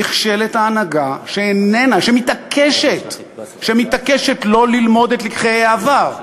נכשלת ההנהגה, שמתעקשת לא ללמוד את לקחי העבר,